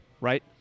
right